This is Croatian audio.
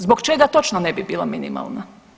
Zbog čega točno ne bi bila minimalna?